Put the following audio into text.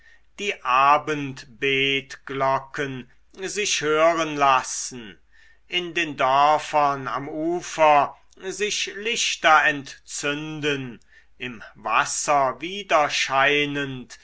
die abendbetglocken sich hören lassen in den dörfern am ufer sich lichter entzünden im wasser